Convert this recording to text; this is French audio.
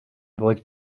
bruit